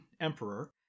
Emperor